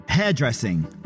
Hairdressing